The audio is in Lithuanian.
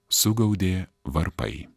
sugaudė varpai